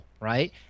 Right